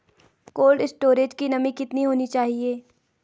Cold storage की नमी कितनी होनी चाहिए?